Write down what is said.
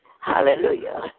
Hallelujah